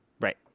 Right